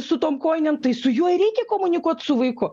su tom kojinėm tai su juo ir reikia komunikuot su vaiku